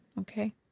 Okay